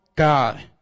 God